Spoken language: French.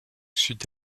sud